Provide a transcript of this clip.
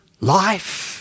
life